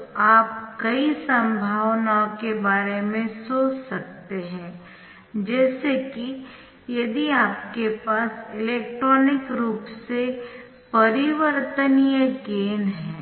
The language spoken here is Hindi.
तो आप कई संभावनाओं के बारे में सोच सकते है जैसे कि यदि आपके पास इलेक्ट्रॉनिक रूप से परिवर्तनीय गेन है